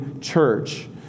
church